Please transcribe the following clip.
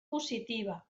positiva